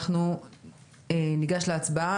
אנחנו ניגש להצבעה.